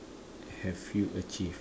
have you achieve